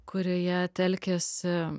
kurioje telkiasi